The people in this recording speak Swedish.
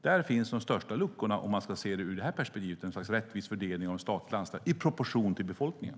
Där finns de största luckorna om man ska se det ur detta perspektiv - ett slags rättvis fördelning av de statliga anställningarna i proportion till befolkningen.